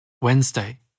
Wednesday